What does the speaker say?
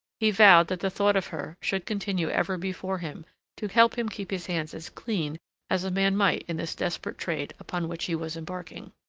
he vowed that the thought of her should continue ever before him to help him keep his hands as clean as a man might in this desperate trade upon which he was embarking.